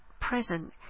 present